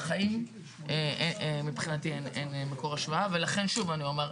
בחיים מבחינתי אין מקור השוואה ולכן שוב אני אומר,